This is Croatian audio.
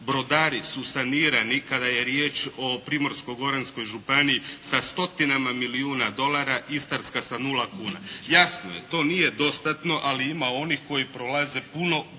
brodari su sanirani kada je riječ o Primorsko-goranskoj županiji sa stotinama milijuna dolara, istarska sa 0 kuna. Jasno je, to nije dostatno ali ima onih koji prolaze puno gore.